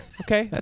okay